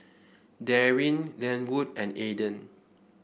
Daryn Lenwood and Aaden